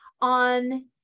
on